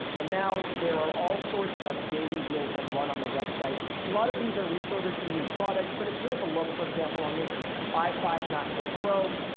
and now there are all sorts of daily deals that run on the website lot of these are refurbished and used products but it's worth a look for example on this ifive macbook pro,